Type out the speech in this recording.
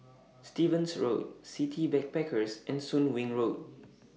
Stevens Road City Backpackers and Soon Wing Road